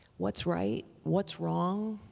what's right, what's wrong,